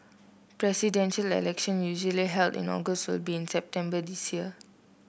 presidential usually held in August will be in September this year